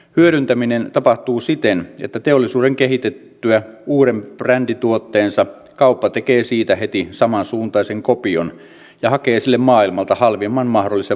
hyödyntäminen tapahtuu siten että teollisuuden kehitettyä uuden brändituotteensa kauppa tekee siitä heti samansuuntaisen kopion ja hakee sille maailmalta halvimman mahdollisen valmistajan